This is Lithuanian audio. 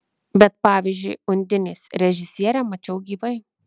bet pavyzdžiui undinės režisierę mačiau gyvai